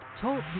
Talk